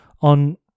on